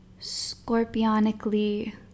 Scorpionically